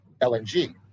lng